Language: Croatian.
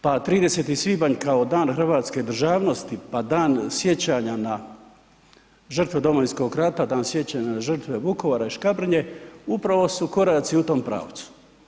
Pa 30. svibanj kao Dan hrvatske državnosti pa dan sjećanja na žrtve Domovinskog rata, Dan sjećanja na žrtve Vukovara i Škabrnje upravo su koraci u tom pravcu.